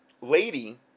lady